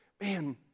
man